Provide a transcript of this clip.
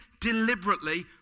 deliberately